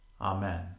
Amen